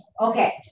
okay